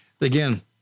again